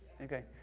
Okay